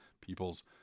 people's